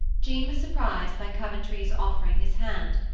jean was surprised by coventry's offering his hand,